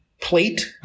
plate